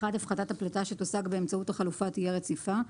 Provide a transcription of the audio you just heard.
הפחתת הפליטה שתושג באמצעות החלופה תהיה רציפה.